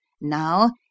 Now